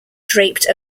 draped